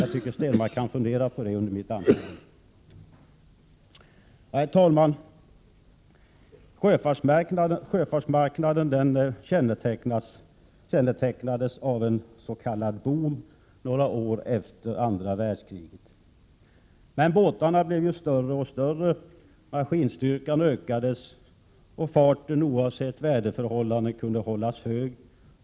Jag tycker att Per Stenmarck kan fundera över dessa frågor under mitt anförande. Herr talman! Sjöfartsmarknaden kännetecknades under några år efter andra världskriget av en s.k. boom. Men båtarna blev större och större, maskinstyrkan ökades och farten, oavsett väderförhållanden, kunde hållas hög.